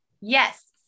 Yes